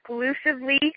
exclusively